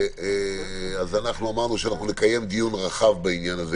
אז אמרנו שנקיים דיון רחב יותר בעניין זה.